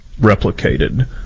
replicated